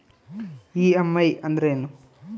EMI ಅಂದ್ರೇನು?